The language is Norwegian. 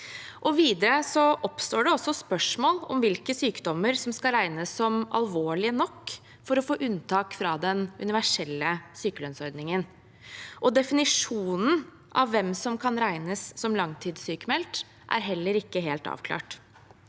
Videre oppstår det også spørsmål om hvilke sykdommer som skal regnes som alvorlige nok for å få unntak fra den universelle sykelønnsordningen. Definisjonen av hvem som kan regnes som langtidssykmeldt, er heller ikke helt avklart.